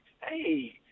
Hey